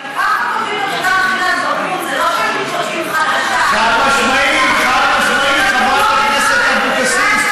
בגרות, זה לא שזו, חברת הכנסת אבקסיס,